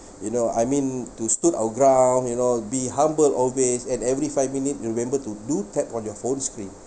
you know I mean to stood our ground you know be humble always and every five minutes remember to do tap on your phone screen